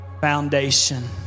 foundation